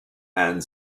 and